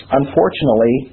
unfortunately